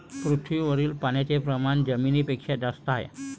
पृथ्वीवरील पाण्याचे प्रमाण जमिनीपेक्षा जास्त आहे